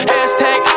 Hashtag